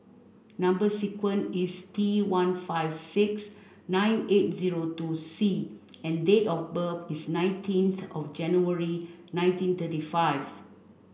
number sequence is T one five six nine eight zero two C and date of birth is nineteenth of January nineteen thirty five